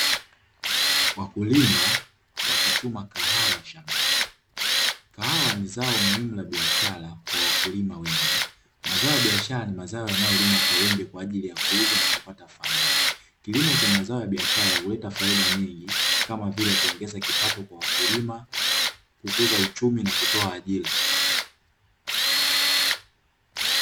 Wakulima wakichuma kahawa shambani, kahawa ni zao muhimu la biashara kwa wakulima wengi. Mazao ya biashara ni mazao yanayolimwa kwa wingi kwa ajili ya kuuzwa na kupata faida. Kilimo cha mazao ya biashara huleta faida nyingi kama vile kuongeza kipato kwa wakulima, kukuza uchumi na kutoa ajira.